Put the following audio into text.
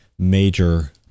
major